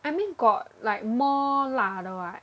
I mean got like more 辣的 [what]